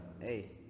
Hey